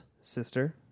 sister